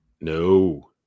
No